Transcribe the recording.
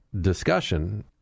discussion